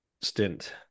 stint